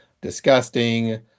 disgusting